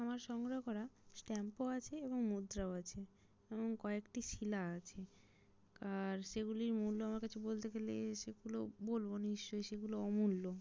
আমার সংগ্রহ করা স্ট্যাম্পও আছে এবং মুদ্রাও আছে এবং কয়েকটি শিলা আছে আর সেগুলির মূল্য আমার কাছে বলতে গেলে সেগুলো বলবো নিশ্চয় সেগুলো অমূল্য